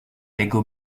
lego